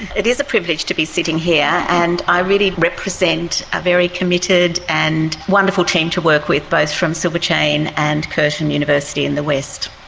it is a privilege to be sitting here, and i really represent a very committed and wonderful team to work with, both from silver chain and curtin university in the west.